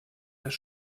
das